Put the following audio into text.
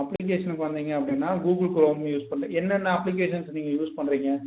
அப்ளிக்கேஷனுக்கு வந்தீங்க அப்படினா Google Chrome use பண்ணி என்னென்ன அப்ளிக்கேஷன்ஸ் நீங்கள் யூஸ் பண்ணுறீங்க